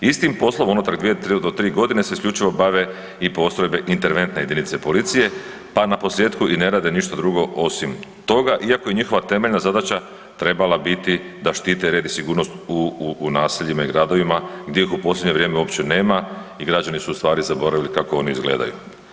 Istim poslom unutar 2 do 3.g. se isključivo bave i postrojbe interventne jedinice policije, pa naposljetku i ne rade ništa drugo osim toga iako je njihova temeljna zadaća trebala biti da štite red i sigurnost u naseljima i gradovima gdje ih u posljednje vrijeme uopće nema i građani su ustvari zaboravili kako oni izgledaju.